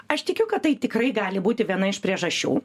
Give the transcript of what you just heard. aš tikiu kad tai tikrai gali būti viena iš priežasčių